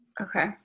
Okay